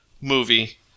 movie